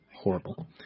Horrible